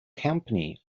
company